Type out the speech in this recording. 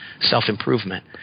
self-improvement